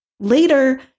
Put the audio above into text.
Later